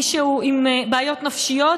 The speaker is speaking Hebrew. מי שהוא עם בעיות נפשיות,